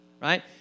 right